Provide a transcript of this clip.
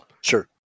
Sure